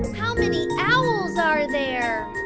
how many owls are there?